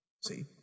See